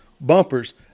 bumpers